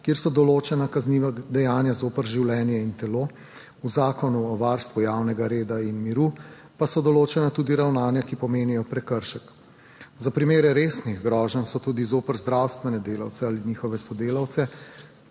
kjer so določena kazniva dejanja zoper življenje in telo, v Zakonu o varstvu javnega reda in miru pa so določena tudi ravnanja, ki pomenijo prekršek za primere resnih groženj, tudi zoper zdravstvene delavce ali njihove sodelavce.